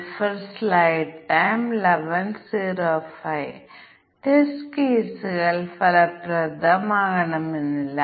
ഇപ്പോൾ ഇതിനുള്ള അതിർത്തി മൂല്യ പരിശോധന കേസുകൾ എന്തായിരിക്കും എത്ര ടെസ്റ്റ് കേസുകൾ ആവശ്യമാണ്